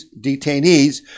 detainees